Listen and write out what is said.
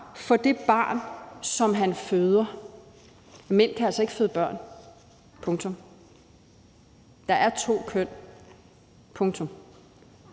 for det barn, som han føder.« Mænd kan altså ikke føde børn – punktum. Der er to køn – punktum.